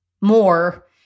more